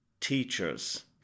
teachers